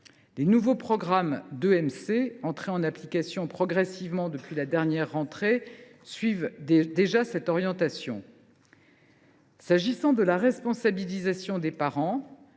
Les nouveaux programmes d’EMC, entrés en application progressivement depuis la dernière rentrée, suivent déjà cette orientation. Pour ce qui concerne la responsabilisation des parents,